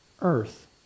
earth